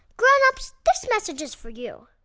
grown-ups, this message is for you